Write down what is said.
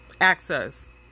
access